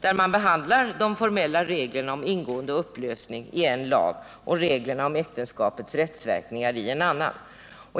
där man behandlar de formella reglerna om ingående och upplösning i en lag och reglerna om äktenskapets rättsverkningar i en annan.